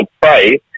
pray